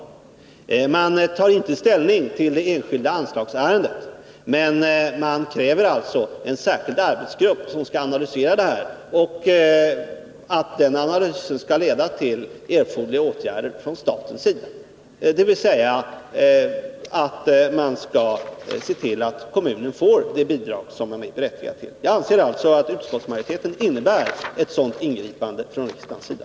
Man tar inte ställning till det enskilda anslagsärendet där, men man kräver en särskild arbetsgrupp som skall analysera frågan och att den analysen skall leda till erforderliga åtgärder från statens sida, dvs. att kommunen skall få det bidrag som den är berättigad till. Jag anser alltså att utskottsmajoritetens ställningstagande innebär ett sådant ingripande från riksdagens sida.